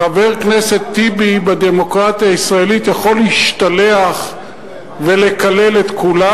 חבר הכנסת טיבי בדמוקרטיה הישראלית יכול להשתלח ולקלל את כולם,